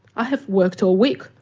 i have worked all week,